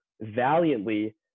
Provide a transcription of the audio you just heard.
valiantly